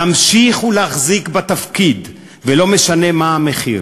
להמשיך ולהחזיק בתפקיד, ולא משנה מה המחיר.